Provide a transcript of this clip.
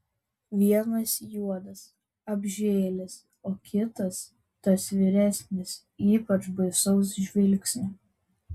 vienas juodas apžėlęs o kitas tas vyresnis ypač baisaus žvilgsnio